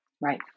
right